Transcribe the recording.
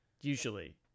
usually